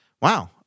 wow